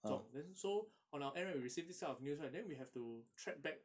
中 then so on our end right when we receive this kind of news right then we have to track back